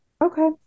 Okay